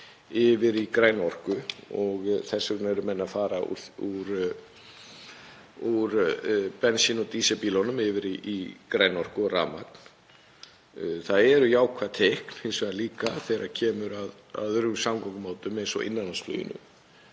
yfir í græna orku og þess vegna eru menn að fara úr bensín- og dísilbílunum yfir í græna orku og rafmagn. Það eru jákvæð teikn hins vegar líka þegar kemur að öðrum samgöngumátum eins og innanlandsfluginu